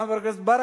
לחבר הכנסת ברכה,